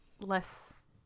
less